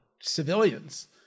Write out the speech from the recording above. civilians